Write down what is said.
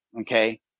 Okay